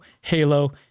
Halo